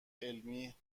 علمی